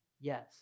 Yes